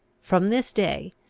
from this day,